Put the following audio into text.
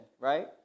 right